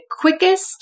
quickest